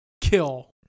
kill